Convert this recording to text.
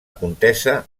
contesa